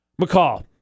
McCall